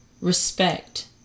respect